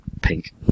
pink